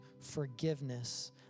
forgiveness